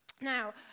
Now